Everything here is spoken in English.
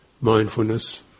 mindfulness